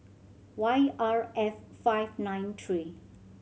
Y R F five nine three